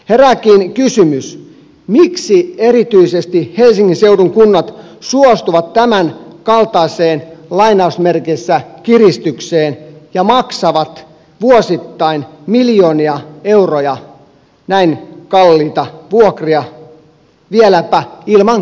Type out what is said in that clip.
herääkin kysymys miksi erityisesti helsingin seudun kunnat suostuvat tämänkaltaiseen lainausmerkeissä kiristykseen ja maksavat vuosittain miljoonia euroja näin kalliita vuokria vieläpä ilman kilpailutusta